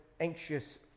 anxious